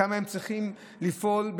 שם צריכים לפעול,